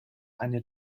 eine